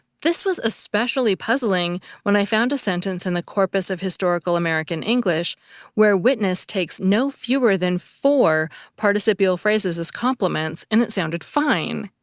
this was especially puzzling when i found a sentence in the corpus of historical american english where witness takes no fewer than four participial phrases as complements, and it sounded fine.